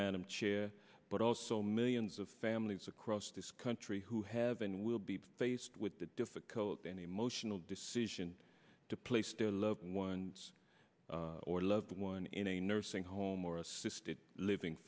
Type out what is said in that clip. madam chair but also millions of families across this country who have and will be faced with the difficult and emotional decision to place their loved ones or loved one in a nursing home or assisted living